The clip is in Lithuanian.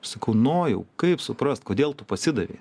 sakau nojau kaip suprast kodėl tu pasidavei